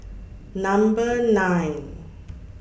Number nine